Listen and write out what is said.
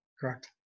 Correct